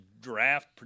draft